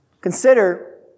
consider